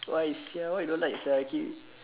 why sia why you don't like sia